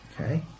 Okay